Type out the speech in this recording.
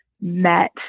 met